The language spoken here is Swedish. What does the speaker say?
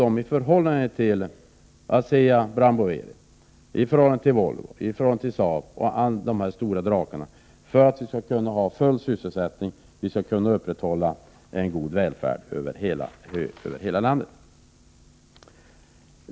1988/89:29 | hjälpa dem i förhållande till Asea Brown Boveri, Volvo, SAAB och de andra 22 november 1988 stora drakarna, så att vi kan upprätthålla sysselsättning och god välfärd över OmSverige och EG hela landet.